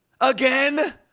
again